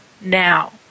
now